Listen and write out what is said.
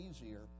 easier